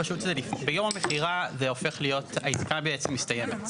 ביום המכירה העסקה מסתיימת.